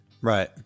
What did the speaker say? right